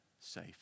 safe